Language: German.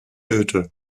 hütte